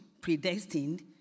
predestined